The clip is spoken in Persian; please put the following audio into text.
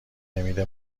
نمیده